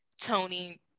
Tony